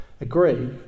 agree